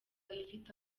ifite